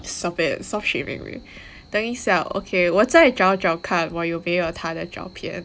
stop it stop shaming me 等一下 okay 我在找找看有没有他的照片